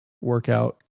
workout